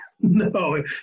No